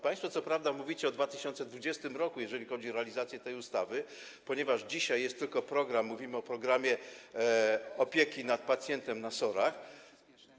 Państwo, co prawda, mówicie o 2020 r., jeżeli chodzi o realizację tej ustawy, ponieważ dzisiaj jest tylko program - mówimy tu o programie opieki nad pacjentem na SOR-ach.